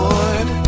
Lord